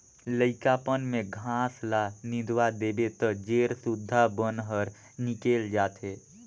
लइकापन में घास ल निंदवा देबे त जेर सुद्धा बन हर निकेल जाथे